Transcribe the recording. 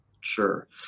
Sure